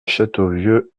châteauvieux